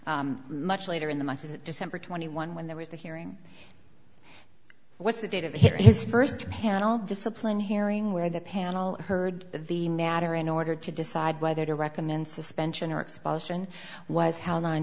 much later in the masses at december twenty one when there was the hearing what's the date of his first panel discipline hearing where the panel heard the matter in order to decide whether to recommend suspension or expulsion was held on